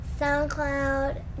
SoundCloud